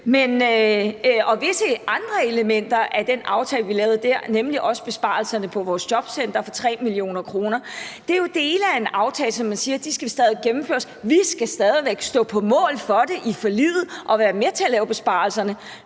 og visse andre elementer af den aftale, vi lavede der, nemlig også besparelserne på vores jobcentre for 3 mio. kr. Det er jo dele af en aftale, som man siger stadig skal gennemføres, og vi skal stadig væk stå på mål for det i forliget og være med til at lave besparelserne.